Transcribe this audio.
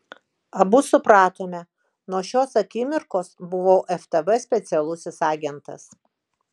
abu supratome nuo šios akimirkos buvau ftb specialusis agentas